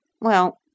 Well